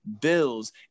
bills